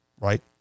right